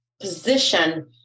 position